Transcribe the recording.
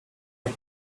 but